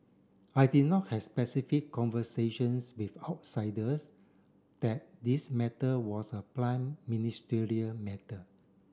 I did not has specific conversations with outsiders that this matter was a prime ministerial matter